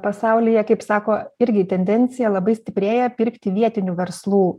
pasaulyje kaip sako irgi tendencija labai stiprėja pirkti vietinių verslų